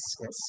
yes